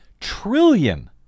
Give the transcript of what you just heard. trillion